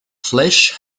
flesh